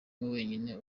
wenyine